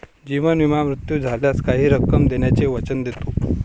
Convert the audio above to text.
जीवन विमा मृत्यू झाल्यास काही रक्कम देण्याचे वचन देतो